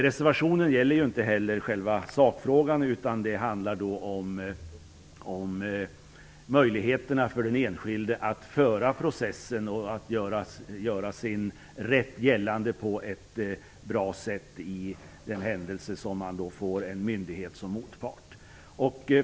Reservationen gäller inte heller själva sakfrågan utan handlar om möjligheterna för den enskilde att föra processen och att göra sin rätt gällande på ett bra sätt i den händelse man får en myndighet som motpart.